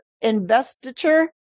investiture